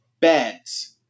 Beds